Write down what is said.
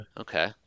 okay